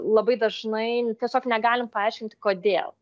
labai dažnai tiesiog negalim paaiškinti kodėl